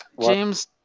James